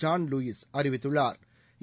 John Lewis அறிவித்துள்ளா்